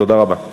תודה רבה.